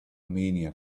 mania